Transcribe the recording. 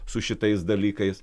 su šitais dalykais